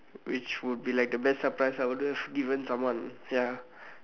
which would be like the best surprise I would have given someone ya